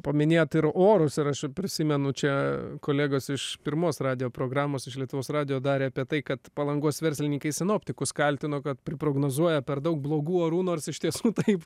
paminėjot ir orus ir aš prisimenu čia kolegos iš pirmos radijo programos iš lietuvos radijo darė apie tai kad palangos verslininkai sinoptikus kaltino kad priprognozuoja per daug blogų orų nors iš tiesų taip